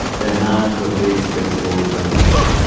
their mouths are big. their swords are not.